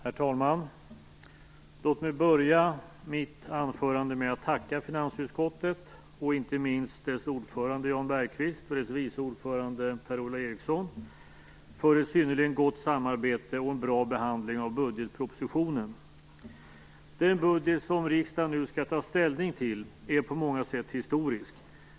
Herr talman! Låt mig börja mitt anförande med att tacka finansutskottet, inte minst dess ordförande Jan Bergqvist och dess vice ordförande Per-Ola Eriksson, för ett synnerligen gott samarbete och en bra behandling av budgetpropositionen. Den budget som riksdagen nu skall ta ställning till, är på många sätt historisk.